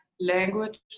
language